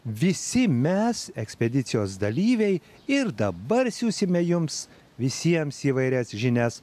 visi mes ekspedicijos dalyviai ir dabar siųsime jums visiems įvairias žinias